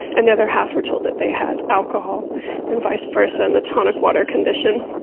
and the other half were told that they had alcohol and vice versa in the tonic water condition.